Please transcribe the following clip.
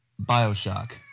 Bioshock